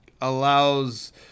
allows